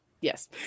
yes